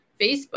Facebook